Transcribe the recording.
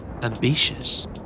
Ambitious